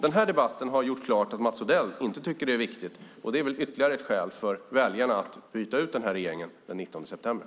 Den här debatten har gjort klart att Mats Odell inte tycker att det är viktigt. Det är ytterligare ett skäl för väljarna att byta ut regeringen den 19 september.